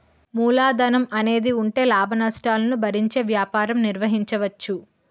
మూలధనం అనేది ఉంటే లాభనష్టాలను భరించే వ్యాపారం నిర్వహించవచ్చు